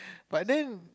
but then